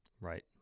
Right